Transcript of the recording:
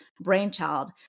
brainchild